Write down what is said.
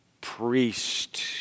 priest